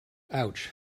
ouch